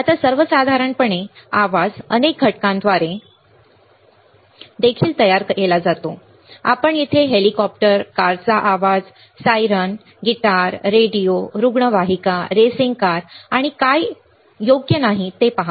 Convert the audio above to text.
आता सर्वसाधारणपणे आवाज अनेक घटकांद्वारे देखील तयार केला जातो आपण येथे हेलिकॉप्टर कारचा आवाज सायरन उजवीकडे गिटार रेडिओ रुग्णवाहिका रेसिंग कार आणि काय योग्य नाही ते पहा